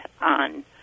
on